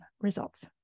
results